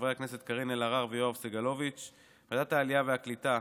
חברי הכנסת קארין אלהרר ויואב סגלוביץ'; בוועדת העלייה והקליטה,